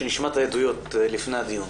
שנשמע את העדויות לפני הדיון